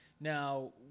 Now